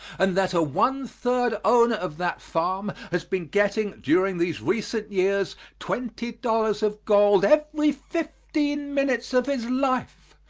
and that a one-third owner of that farm has been getting during these recent years twenty dollars of gold every fifteen minutes of his life,